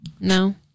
no